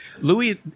Louis